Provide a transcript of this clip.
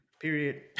Period